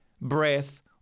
breath